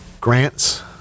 grants